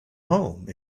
home